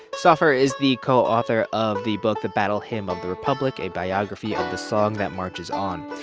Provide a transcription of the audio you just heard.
stauffer is the co-author of the book the battle hymn of the republic a biography of the song that marches on.